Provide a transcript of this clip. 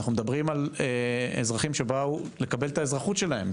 אנו מדברים על אזרחים שבאו לקבל את האזרחות שלהם,